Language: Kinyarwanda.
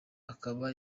akaba